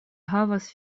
havas